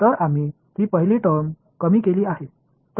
तर आम्ही ही पहिली टर्म कमी केली आहे